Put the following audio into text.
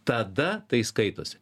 tada tai skaitosi